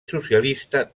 socialista